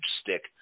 stick